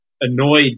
annoyed